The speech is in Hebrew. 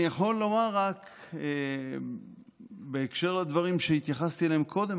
אני יכול רק לומר בהקשר לדברים שהתייחסתי אליהם קודם,